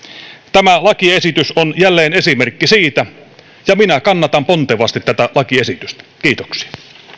tämä lakiesitys on jälleen esimerkki siitä ja minä kannatan pontevasti tätä lakiesitystä kiitoksia